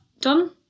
done